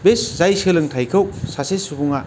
बे जाय सोलोंथाइखौ सासे सुबुंआ